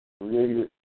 created